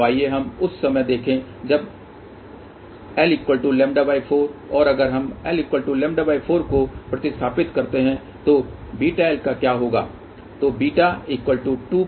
तो आइए हम उस समय देखें जब lλ4 और अगर हम lλ4 को प्रतिस्थापित करते हैं तो βl का क्या होगा